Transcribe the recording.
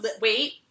Wait